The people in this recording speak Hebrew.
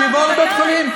שיבואו לבית-חולים.